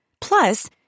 Plus